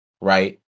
right